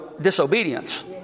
disobedience